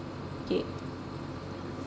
K